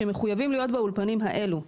שמחויבים להיות באולפנים האלו,